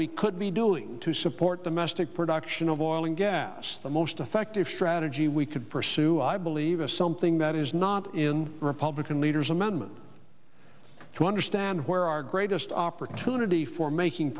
we could be doing to support the mastic production of oil and gas the most effective strategy we could pursue i believe is something that is not in republican leaders amendment to understand where our greatest opportunity for making